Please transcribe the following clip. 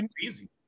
easy